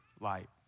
light